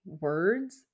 words